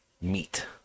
meet